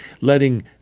letting